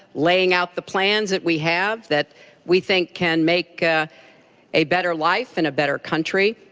laying out the plans that we have that we think can make a better life and a better country.